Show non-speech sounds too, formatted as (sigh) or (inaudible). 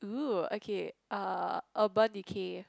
(noise) okay uh Urban Decay